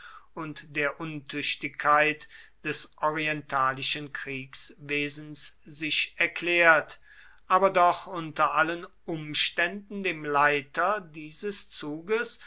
und der untüchtigkeit des orientalischen kriegswesens sich erklärt aber doch unter allen umständen dem leiter dieses zuges